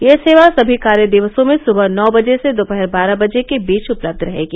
यह सेवा सभी कार्य दिवसों में सुबह नौ बजे से दोपहर बारह बजे के बीच उपलब्ध रहेगी